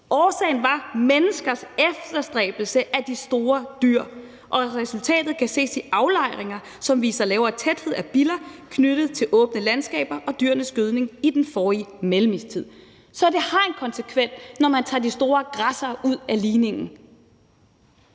Årsagen var menneskers efterstræbelse af de store dyr, og resultatet kan ses i aflejringer, som viser lavere tæthed af biller knyttet til åbne landskaber og dyrenes gødning end i den forrige mellemistid.« Så det har en konsekvens, når man tager de store græssere ud af ligningen.